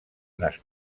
unes